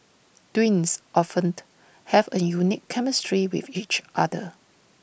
twins often have A unique chemistry with each other